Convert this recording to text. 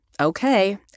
Okay